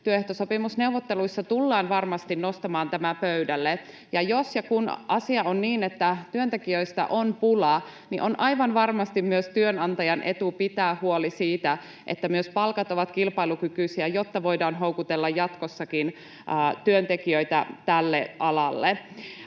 työehtosopimusneuvotteluissa tullaan varmasti nostamaan tämä pöydälle, ja jos ja kun asia on niin, että työntekijöistä on pula, niin on aivan varmasti myös työnantajan etu pitää huoli siitä, että myös palkat ovat kilpailukykyisiä, jotta voidaan houkutella jatkossakin työntekijöitä tälle alalle.